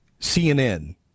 CNN